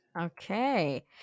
Okay